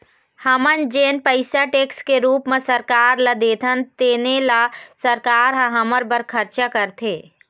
हमन जेन पइसा टेक्स के रूप म सरकार ल देथन तेने ल सरकार ह हमर बर खरचा करथे